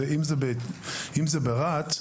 אם זה ברהט,